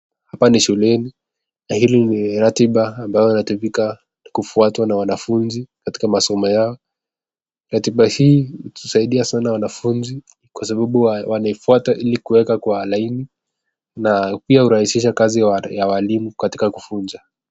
Hapa ni shuleni na hili ni ratiba inayotumika kufatwa na wanafunzi katika masomo yao. Ratiba hii husaidia sana wanafunzi kwa sababu wanaifwata ili kueka kwa laini na pia hurahisisha kazi ya walimu katika kufunza.